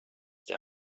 der